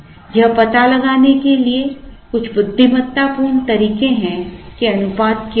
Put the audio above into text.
यह पता लगाने के लिए कुछ बुद्धिमत्तापूर्ण तरीके हैं कि अनुपात क्या है